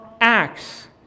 Acts